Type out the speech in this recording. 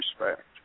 respect